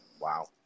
Wow